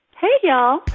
hey, y'all.